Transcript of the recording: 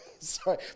Sorry